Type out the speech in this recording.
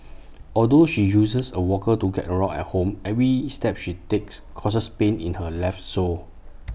although she uses A walker to get around at home every step she takes causes pain in her left sole